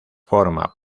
forma